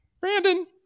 Brandon